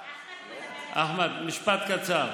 אחמד, משפט קצר.